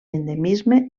endemisme